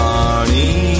Money